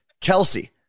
Kelsey